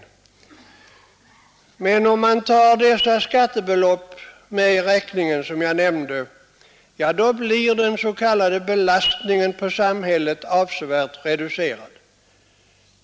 Men om man räknar in de skattebelopp som jag nämnde blir den s.k. belastningen på samhället avsevärt reducerad.